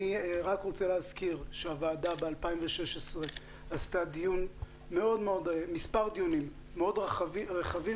אני רוצה להזכיר שהוועדה ב-2016 קיימה מספר דיונים מאוד רחבים